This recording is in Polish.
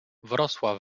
wrosła